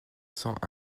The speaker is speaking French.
cent